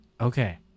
Okay